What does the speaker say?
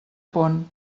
pon